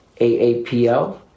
aapl